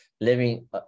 living